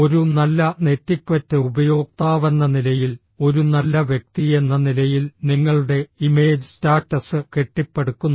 ഒരു നല്ല നെറ്റിക്വറ്റ് ഉപയോക്താവെന്ന നിലയിൽ ഒരു നല്ല വ്യക്തിയെന്ന നിലയിൽ നിങ്ങളുടെ ഇമേജ് സ്റ്റാറ്റസ് കെട്ടിപ്പടുക്കുന്നു